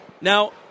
Now